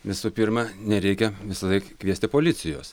visų pirma nereikia visąlaik kviesti policijos